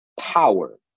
power